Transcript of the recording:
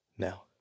Now